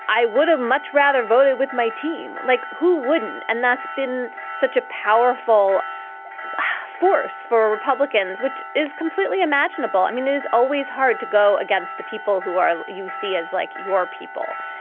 i would've much rather voted with my team like, who wouldn't? and that's been such a powerful force for republicans, which is completely imaginable. i mean, it is always hard to go against. the people who are you see as like you are people.